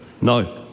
No